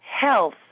health